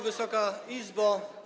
Wysoka Izbo!